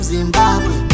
Zimbabwe